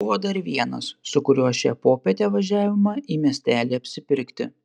buvo dar vienas su kuriuo šią popietę važiavome į miestelį apsipirkti